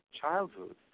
childhood